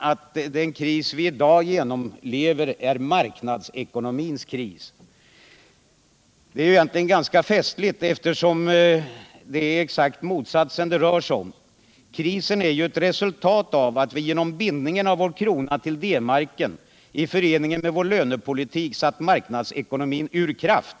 att den kris vi i dag genomlever är marknadsekonomins kris. Den förklaringen är egentligen ganska festlig, eftersom det är exakt motsatsen det rör sig om. Krisen är ju resultatet av att vi genom bindningen av vår krona till D-marken i förening med vår lönepolitik satt marknadsekonomin ur kraft.